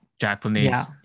japanese